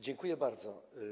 Dziękuję bardzo.